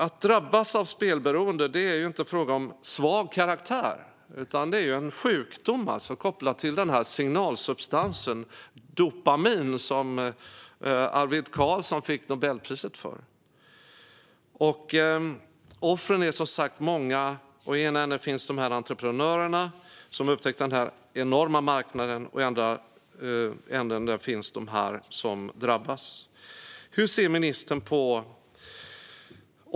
Att drabbas av spelberoende är inte fråga om svag karaktär, utan det är en sjukdom kopplad till signalsubstansen dopamin som Arvid Carlsson fick Nobelpriset för. Offren är som sagt många. I ena änden av detta finns entreprenörerna som har upptäckt den här enorma marknaden och i andra änden finns de som drabbas.